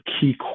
key